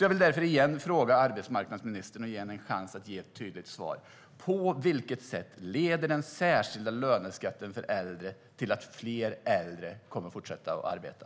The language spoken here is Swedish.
Jag vill därför igen fråga arbetsmarknadsministern och ge henne en chans att ge ett tydligt svar: På vilket sätt leder den särskilda löneskatten för äldre till att fler äldre kommer att fortsätta att arbeta?